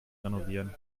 renovieren